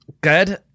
good